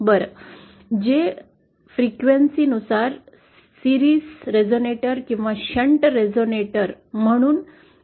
बरं जे वारंवारते नुसार मालिका रेझोनेटर किंवा शंट रेझोनेटर म्हणून काम करू शकते